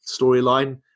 storyline